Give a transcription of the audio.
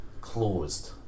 closed